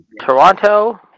Toronto